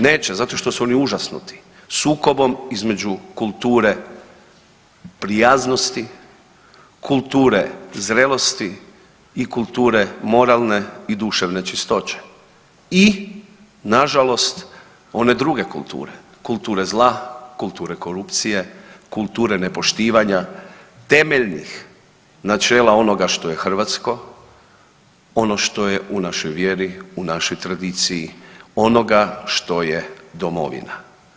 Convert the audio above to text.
Neće zato jer su oni užasnuti sukobom između kulture prijaznosti, kulture zrelosti i kulture moralne i duševne čistoće i nažalost one druge kulture, kulture zla, kulture korupcije, kulture nepoštivanja temeljnih načela onoga što je hrvatsko, ono što je u našoj vjeri, u našoj tradiciji, onoga što je domovina.